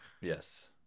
Yes